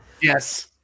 yes